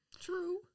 true